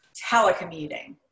telecommuting